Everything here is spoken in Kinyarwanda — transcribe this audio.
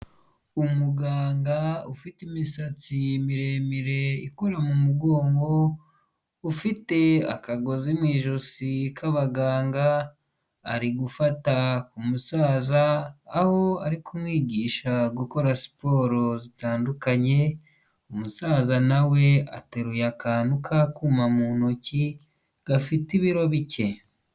Umuganga ufite imisatsi miremire ikora mu mugongo, ufite akagozi mu ijosi k'abaganga, ari gufata umusaza aho ari kumwigisha gukora siporo zitandukanye, umusaza nawe ateruye akantu k'akuma mu ntoki gafite ibiro bike.